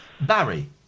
Barry